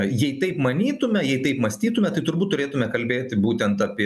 jei taip manytume jei taip mąstytume tai turbūt turėtume kalbėti būtent apie